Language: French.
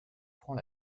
prend